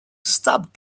stop